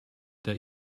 that